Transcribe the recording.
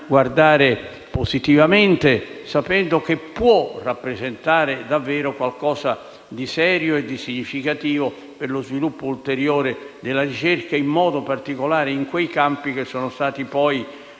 guardare positivamente, sapendo che può rappresentare qualcosa di serio e significativo per lo sviluppo ulteriore della ricerca, in modo particolare in quei campi che sono stati